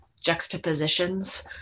juxtapositions